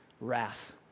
wrath